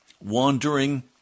Wandering